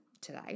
today